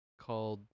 called